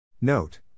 Note